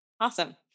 Awesome